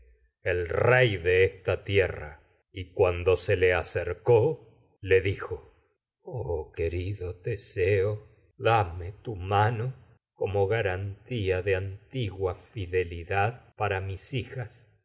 el dijo rey de esta tierra y cuando se acercó le oh querido teseo dame tu mis mano como garantía de antigua fidelidad para hijas